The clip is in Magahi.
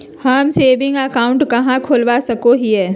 हम सेविंग अकाउंट कहाँ खोलवा सको हियै?